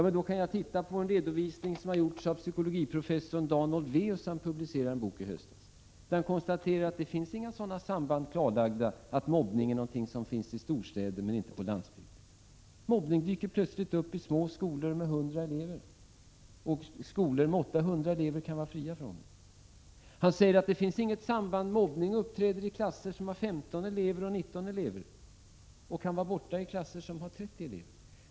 Men titta på den redovisning som har gjorts av psykologiprofessorn Dan Olweus i den bok han publicerade i höstas, där han konstaterar att det inte finns några sådana samband klarlagda som att mobbning är någonting som finns i storstäder men inte på landsbygden. Mobbning dyker plötsligt upp i små skolor med 100 elever, medan skolor med 800 elever kan vara fria från det. Mobbning uppträder i klasser som har 15 och 19 elever men kan vara borta i klasser som har 30 elever.